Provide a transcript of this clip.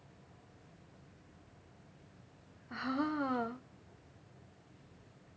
!huh!